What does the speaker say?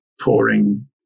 pouring